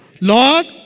Lord